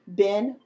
ben